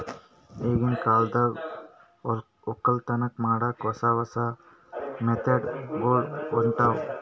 ಈಗಿನ್ ಕಾಲದಾಗ್ ವಕ್ಕಲತನ್ ಮಾಡಕ್ಕ್ ಹೊಸ ಹೊಸ ಮೆಥಡ್ ಗೊಳ್ ಹೊಂಟವ್